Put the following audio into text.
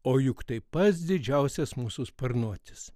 o juk tai pats didžiausias mūsų sparnuotis